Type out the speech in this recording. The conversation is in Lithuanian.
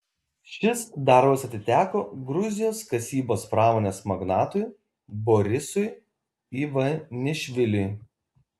šis darbas atiteko gruzijos kasybos pramonės magnatui borisui ivanišviliui